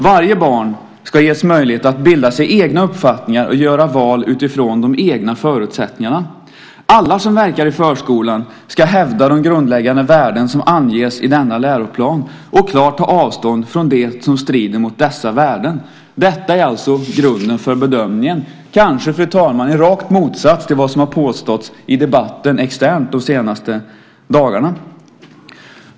Varje barn ska ges möjlighet att bilda sin egen uppfattning och göra val utifrån de egna förutsättningarna. Alla som verkar i förskolan ska hävda de grundläggande värden som anges i denna läroplan och klart ta avstånd från det som strider mot dessa värden. Detta är alltså grunden för bedömningen - kanske, fru talman, i rak motsats till vad som har påståtts i debatten externt de senaste dagarna.